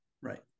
right